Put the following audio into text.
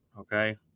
Okay